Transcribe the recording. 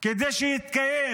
כדי שיתקיים.